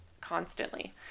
constantly